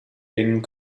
denen